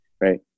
right